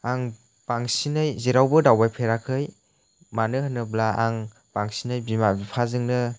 आं बांसिनै जेरावबो दावबायफेराखै मानो होनोब्ला आं बांसिनै बिमा बिफाजोंनो